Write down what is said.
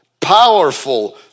powerful